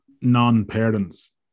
non-parents